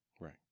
right